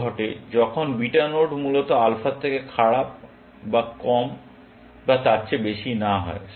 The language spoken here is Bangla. এটি ঘটে যখন বিটা নোড মূলত আলফার থেকে খারাপ বা কম বা তার চেয়ে বেশি না হয়